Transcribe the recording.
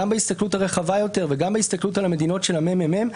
גם בהסתכלות הרחבה יותר וגם בהסתכלות על המדינות של הממ"מ,